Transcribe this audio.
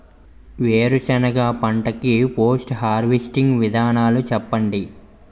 వేరుసెనగ పంట కి పోస్ట్ హార్వెస్టింగ్ విధానాలు చెప్పండీ?